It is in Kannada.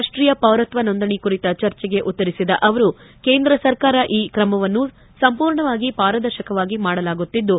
ರಾಷ್ಷೀಯ ಪೌರತ್ವ ನೋಂದಣಿ ಕುರಿತ ಚರ್ಚೆಗೆ ಉತ್ತರಿಸಿದ ಅವರು ಕೇಂದ್ರ ಸರ್ಕಾರ ಈ ಕಾರ್ಯಕ್ರಮವನ್ನು ಸಂಪೂರ್ಣವಾಗಿ ಪಾರದರ್ಶಕವಾಗಿ ಮಾಡಲಾಗುತ್ತಿದ್ದು